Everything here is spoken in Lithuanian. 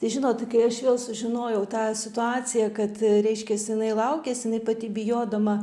tai žinot kai aš vėl sužinojau tą situaciją kad reiškias jinai laukiasi jinai pati bijodama